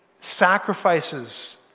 sacrifices